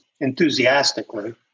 enthusiastically